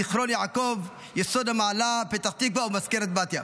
זיכרון יעקב, יסוד המעלה ומזכרת בתיה.